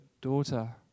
daughter